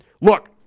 Look